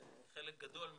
זה חלק גדול מאוד,